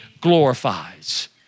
glorifies